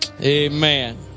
Amen